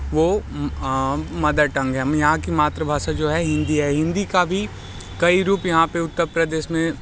वो mother tongue है हम यहाँ की मातृभाषा जो है हिंदी है हिंदी का भी कई रूप यहाँ पे उत्तर प्रदेश में